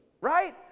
right